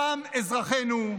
דם אזרחנו,